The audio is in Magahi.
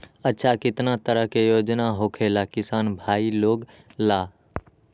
अच्छा कितना तरह के योजना होखेला किसान भाई लोग ला?